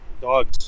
Dogs